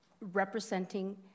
representing